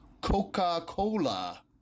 Coca-Cola